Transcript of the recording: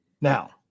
Now